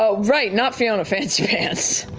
ah right. not fiona fancypants.